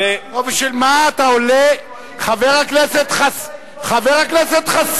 אני תמכתי בהצעת החוק כשהייתי בקואליציה,